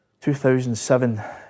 2007